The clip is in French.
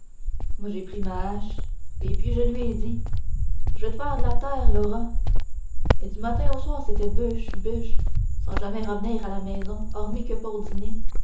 moi j'ai pris ma hache et puis je lui ai dit je vas te faire de la terre laura et du matin au soir c'était bûche bûche sans jamais revenir à la maison hormis que pour le dîner